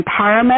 empowerment